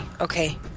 okay